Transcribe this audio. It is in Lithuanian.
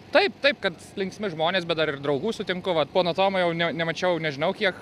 taip taip kad linksmi žmonės bet dar ir draugų sutinku vat pono tomo jau ne nemačiau nežinau kiek